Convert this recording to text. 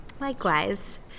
Likewise